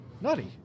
nutty